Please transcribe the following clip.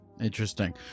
interesting